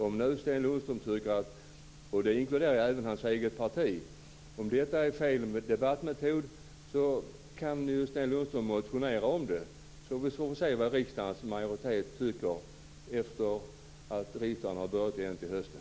Om nu Sten Lundström liksom även hans eget parti tycker att det är fel debattmetod kan ju Sten Lundström motionera om det, så får vi se vad riksdagens majoritet tycker efter det att riksdagen har samlats igen till hösten.